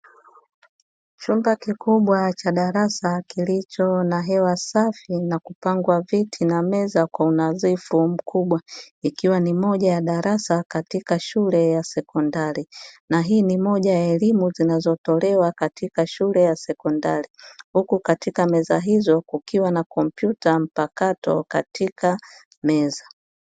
Chumba kikubwa cha darasa kilicho na hewa safi na kupangwa viti na meza kwa unadhifu mkubwa. Ikiwa ni moja ya darasa katika shule ya sekondari. Na hii ni moja ya elimu zinazotolewa katika shule ya sekondari. Huku katika meza hizo kukiwa na kompyuta mpakato katika meza.